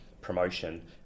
promotion